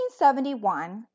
1971